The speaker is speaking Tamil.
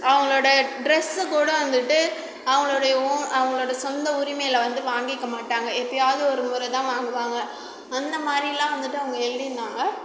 அவங்களோட ட்ரெஸ்ஸுக் கூட வந்துவிட்டு அவங்களுடைய ஓ அவங்களோட சொந்த உரிமையில் வந்து வாங்கிக்க மாட்டாங்க எப்பையாவது ஒரு முறைதான் வாங்குவாங்க அந்த மாரிலாம் வந்துவிட்டு அவங்க எழுதிருந்தாங்க